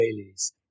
Israelis